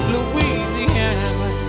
Louisiana